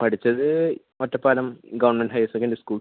പഠിച്ചത് Ottapalam government higher secondary school